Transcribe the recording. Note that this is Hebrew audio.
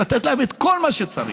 לתת להם את כל מה שצריך,